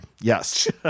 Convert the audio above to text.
Yes